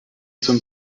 zum